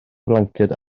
flanced